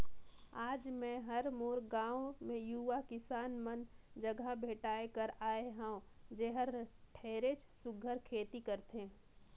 आज मैं हर मोर गांव मे यूवा किसान मन जघा भेंटाय बर आये हंव जेहर ढेरेच सुग्घर खेती करथे